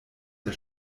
der